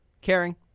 caring